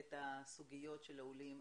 את הסוגיות של העולים,